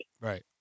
Right